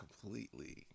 completely